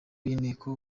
y’inteko